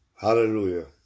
Hallelujah